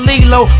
Lilo